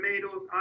tomatoes